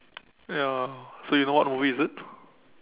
ya so you know what movie is it